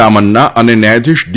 રામન્ના અને ન્યાયાધીશ ડી